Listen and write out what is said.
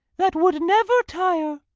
that would never tire,